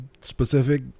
specific